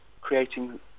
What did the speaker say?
creating